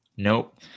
Nope